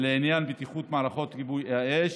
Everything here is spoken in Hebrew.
ולעניין בטיחות מערכות כיבוי האש,